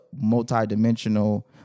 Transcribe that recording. multi-dimensional